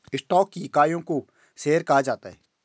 stock की इकाइयों को शेयर कहा जाता है